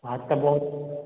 हा त पोइ